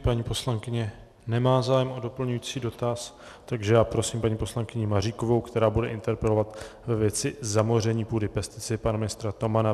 Paní poslankyně nemá zájem o doplňující dotaz, takže prosím paní poslankyni Maříkovou, která bude interpelovat ve věci zamoření půdy pesticidy pana ministra Tomana.